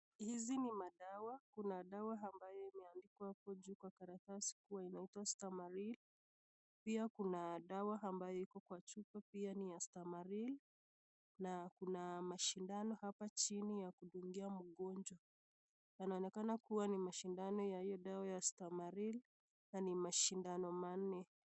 Hizi ni madawa kuna madawa ambayo imeandikwa hapo juu kwa karatasi kuwa inaitwa Stamaril .Pia kuna dawa ambayo iko kwa chupa pia ni ya Stamaril na pia kuna mashindano hapa chini ya kudungia mgonjwa. Yanaonekana kuwa ni mashindano ya hio dawa ya Stamaril na ni mashindano manne.